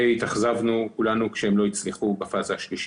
והתאכזבנו כולנו כשהם לא הצליחו בפאזה השלישית.